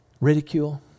ridicule